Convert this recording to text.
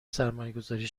سرمایهگذاری